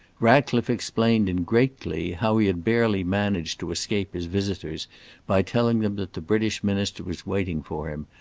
ratcliffe explained in great glee how he had barely managed to escape his visitors by telling them that the british minister was waiting for him,